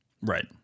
Right